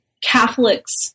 Catholics